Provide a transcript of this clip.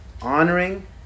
honoring